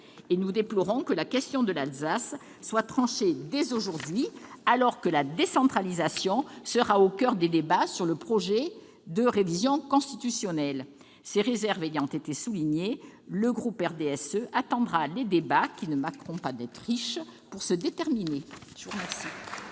Et nous déplorons que la question de l'Alsace soit tranchée dès aujourd'hui, alors que la décentralisation sera au coeur des débats sur le projet de révision constitutionnelle. Ces réserves ayant été soulignées, le groupe du RDSE attendra les débats, qui ne manqueront pas d'être riches, pour se déterminer.